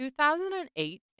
2008